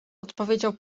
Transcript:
odpowiedział